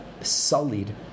sullied